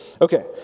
Okay